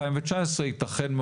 שהן המלצות מאוד